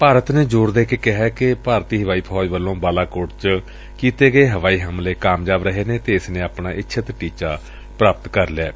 ਭਾਰਤ ਨੇ ਜ਼ੋਰ ਦੇ ਕੇ ਕਿਹੈ ਕਿ ਭਾਰਤੀ ਹਵਾਈ ਫੌਜ ਵੱਲੋ ਬਾਲਾਕੋਟ ਚ ਕੀਤੇ ਗਏ ਹਵਾਈ ਹਮਲੇ ਕਾਮਯਾਬ ਰਹੇ ਨੇ ਅਤੇ ਇਸ ਨੇ ਆਪਣਾ ਇੱਛਤ ਟੀਚਾ ਪ੍ਰਾਪਤ ਕਰ ਲਿਐ